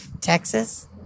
Texas